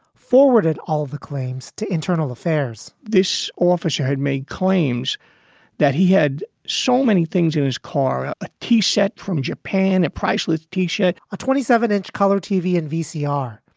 forwarded all the claims to internal affairs this officer had made claims that he had so many things in his car, a t shirt from japan, a priceless t shirt, a twenty seven inch color tv and vcr,